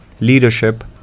leadership